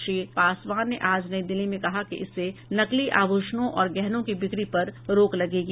श्री पासवान ने आज नई दिल्ली में कहा कि इससे नकली आभूषणों और गहनों की बिक्री पर रोक लगेंगी